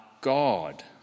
God